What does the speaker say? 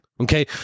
Okay